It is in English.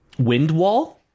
Windwall